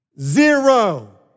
Zero